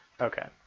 okay